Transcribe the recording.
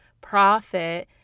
profit